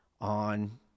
on